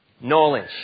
knowledge